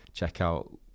checkout